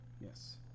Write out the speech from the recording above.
Yes